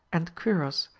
and quiros,